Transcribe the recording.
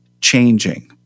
changing